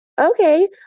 okay